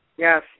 Yes